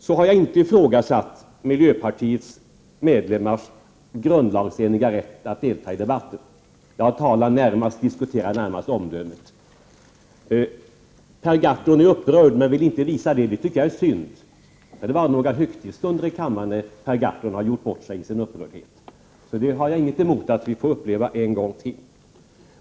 Jag har inte ifrågasatt miljöpartiets medlemmars grundlagsenliga rätt att delta i debatten; jag diskuterar närmast omdömet. Per Gahrton är upprörd men vill inte visa det. Det tycker jag är synd. Vi har haft några högtidsstunder i kammaren när Per Gahrton har gjort bort sig i sin upprördhet, så jag har ingenting emot att vi får uppleva det en gång till.